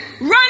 run